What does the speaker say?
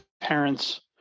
parents